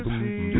see